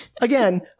Again